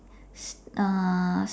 uh